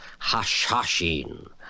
Hashashin